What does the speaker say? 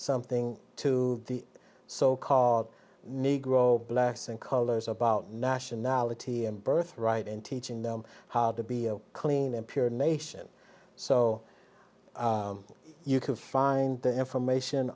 something to the so called negro blacks and colors about nationality and birthright and teaching them how to be clean and pure nation so you can find the information